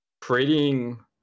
creating